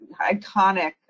iconic